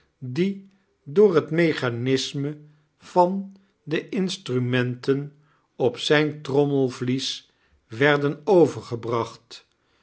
die door het mechanisme van de instrumenten op z-'ju trommelvlies warden overgebracht